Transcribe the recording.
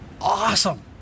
awesome